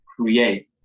create